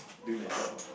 doing the job ah